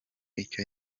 icyo